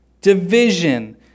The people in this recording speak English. division